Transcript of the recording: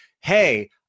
hey